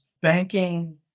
banking